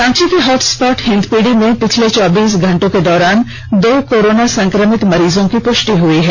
रांची के hot spot Hindpiri में पिछले चौबीस घंटे के दौरान दो कोरोना संक्रमित मरीजों की पुष्टि हुई है